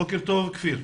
בוקר טוב, כפיר.